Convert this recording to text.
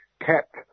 kept